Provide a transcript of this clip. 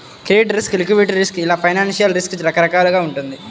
credit risk, liquidity risk ఇలా financial risk రకరకాలుగా వుంటది